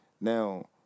Now